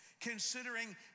considering